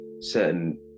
certain